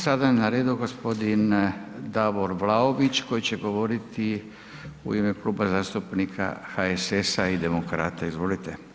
Sada je na redu g. Davor Vlaović koji će govoriti u ime Kluba zastupnika HSS-a i Demokrata, izvolite.